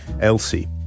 Elsie